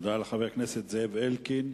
תודה לחבר הכנסת זאב אלקין.